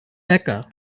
becca